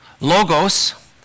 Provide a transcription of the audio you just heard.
logos